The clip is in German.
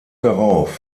darauf